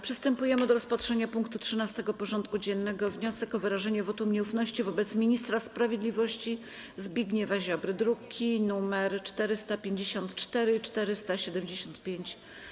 Przystępujemy do rozpatrzenia punktu 13. porządku dziennego: Wniosek o wyrażenie wotum nieufności wobec Ministra Sprawiedliwości Zbigniewa Ziobry (druki nr 454 i 475)